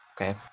Okay